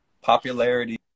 popularity